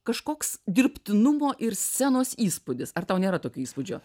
kažkoks dirbtinumo ir scenos įspūdis ar tau nėra tokio įspūdžio